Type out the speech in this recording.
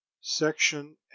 Section